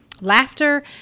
laughter